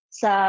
sa